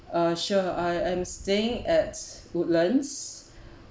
uh sure I I'm staying at woodlands